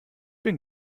bin